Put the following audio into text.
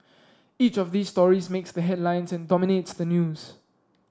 each of these stories makes the headlines and dominates the news